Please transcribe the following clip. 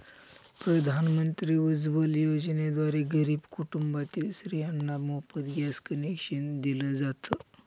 प्रधानमंत्री उज्वला योजनेद्वारे गरीब कुटुंबातील स्त्रियांना मोफत गॅस कनेक्शन दिल जात